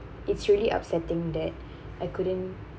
it's really upsetting that I couldn't